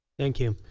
thank you.